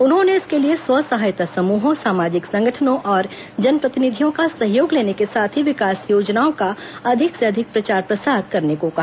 उन्होंने इसके लिए स्व सहायता समूहों सामाजिक संगठनों और जनप्रतिनिधियों का सहयोग लेने के साथ ही विकास योजनाओं का अधिक से अधिक प्रचार प्रसार करने को कहा